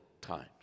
times